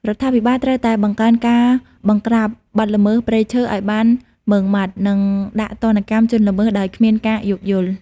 រដ្ឋាភិបាលត្រូវតែបង្កើនការបង្រ្កាបបទល្មើសព្រៃឈើឲ្យបានម៉ឺងម៉ាត់ និងដាក់ទណ្ឌកម្មជនល្មើសដោយគ្មានការយោគយល់។